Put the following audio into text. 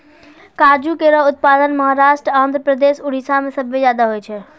काजू केरो उत्पादन महाराष्ट्र, आंध्रप्रदेश, उड़ीसा में सबसे जादा होय छै